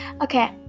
okay